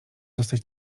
zostać